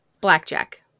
Blackjack